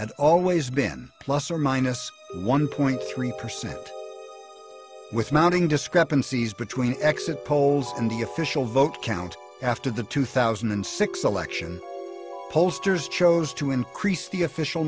had always been plus or minus one point three percent with mounting discrepancies between exit polls and the official vote count after the two thousand and six election posters chose to increase the official